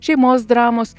šeimos dramos